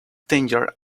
danger